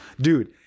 Dude